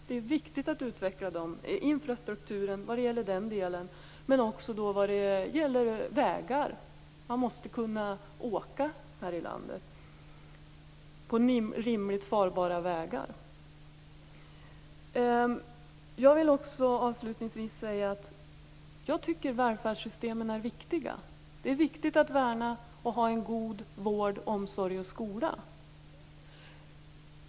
Det är viktigt att utveckla infrastrukturen vad gäller den delen, men också vad gäller vägar. Man måste kunna åka på rimligt farbara vägar här i landet. Jag tycker att välfärdssystemen är viktiga. Det är viktigt att värna en god vård, omsorg och skola.